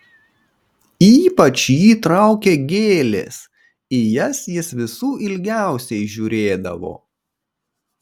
ypač jį traukė gėlės į jas jis visų ilgiausiai žiūrėdavo